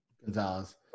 Gonzalez